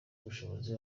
ubushobozi